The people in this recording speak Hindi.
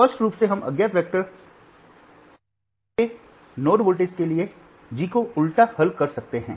तो स्पष्ट रूप से हम अज्ञात वेक्टर वी के नोड वोल्टेज के लिए जी को उलटा कर हल कर सकते हैं